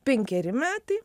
penkeri metai